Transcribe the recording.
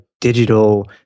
digital